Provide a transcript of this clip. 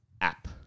app